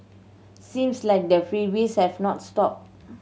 seems like the freebies have not stopped